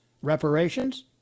reparations